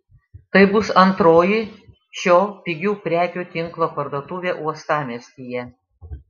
tai bus antroji šio pigių prekių tinklo parduotuvė uostamiestyje